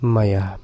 Maya